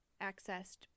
accessed